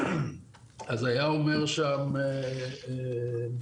אז היה אומר שם מישהו,